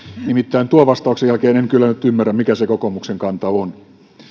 nimittäin tuon vastauksen jälkeen en kyllä nyt ymmärrä mikä se kokoomuksen kanta on